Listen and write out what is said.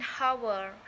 hour